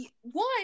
One